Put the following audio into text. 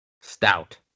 Stout